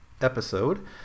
episode